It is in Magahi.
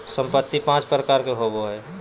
संपत्ति पांच प्रकार के होबो हइ